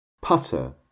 putter